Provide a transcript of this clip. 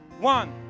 One